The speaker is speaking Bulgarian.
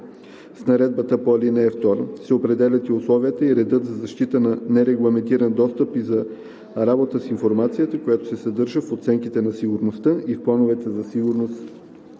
С наредбата по ал. 2 се определят и условията и редът за защита от нерегламентиран достъп и за работа с информацията, която се съдържа в оценките на сигурността и в плановете за сигурност